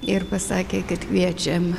ir pasakė kad kviečiam